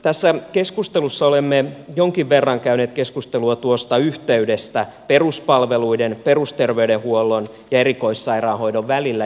tässä keskustelussa olemme jonkin verran käyneet keskustelua tuosta yhteydestä peruspalveluiden perusterveydenhuollon ja erikoissairaanhoidon välillä